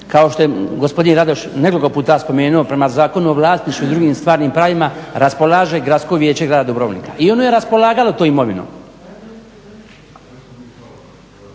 kao što je gospodin Radoš nekoliko puta spomenuo prema Zakonu o vlasništvu i drugim stvarnim pravima raspolaže Gradsko vijeće grada Dubrovnika. I ono je raspolagalo tom imovinom.